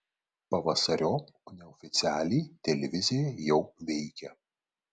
pavasariop neoficialiai televizija jau veikia